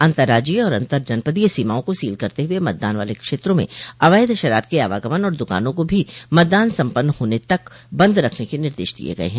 अतंर्राज्जीय और अतंर जनपदीय सीमाओं को सील करते हुए मतदान वाले क्षेत्रों में अवैध शराब के आवागमन और दुकानों को भी मतदान सम्पन्न होने तक बंद रखने के निर्देश दिये गये हैं